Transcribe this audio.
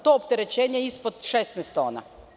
To opterećenje ispod 16 tona.